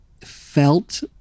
felt